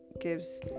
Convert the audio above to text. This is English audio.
gives